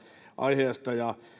aiheesta